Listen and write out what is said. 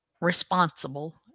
responsible